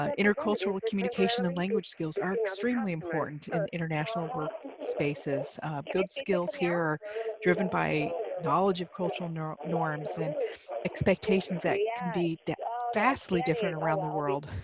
ah intercultural communication and language skills are extremely important in international work spaces good skills here are driven by knowledge of cultural norms norms and expectations that can be vastly different around the world.